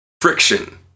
friction